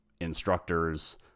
instructors